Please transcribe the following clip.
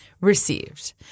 received